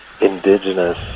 indigenous